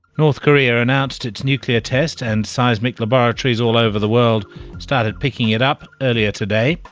north korea announced its nuclear test, and seismic laboratories all over the world started picking it up earlier today.